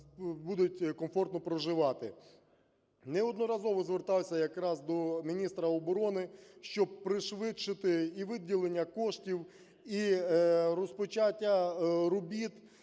будуть комфортно проживати. Неодноразово звертався якраз до міністра оборони, щоб пришвидшити і виділення коштів, і розпочаття робіт.